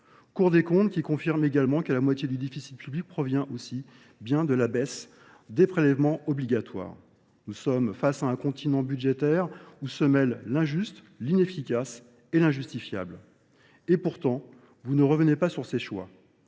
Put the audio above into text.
court des comptes qui confirment également qu'à la moitié du déficit public provient aussi bien de la baisse des prélèvements obligatoires. Nous sommes face à un continent budgétaire où se mêle l'injuste, l'inefficace et l'injustifiable. Et pourtant, vous ne revenez pas sur ces choix.